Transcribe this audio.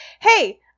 Hey